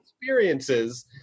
experiences